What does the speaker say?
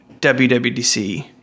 WWDC